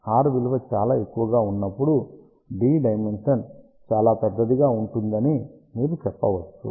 r విలువ చాలా ఎక్కువ గా ఉన్నప్పుడు d డైమెన్షన్ చాలా పెద్దదిగా ఉంటుందని మీరు చెప్పవచ్చు